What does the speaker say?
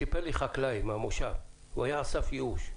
סיפר לי חקלאי במושב שהוא היה על סף ייאוש,